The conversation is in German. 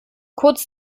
kurz